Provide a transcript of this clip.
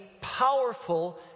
powerful